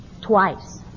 twice